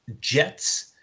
Jets